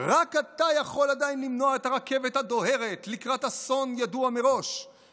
"רק אתה יכול עדיין למנוע את הרכבת הדוהרת לקראת אסון ידוע מראש,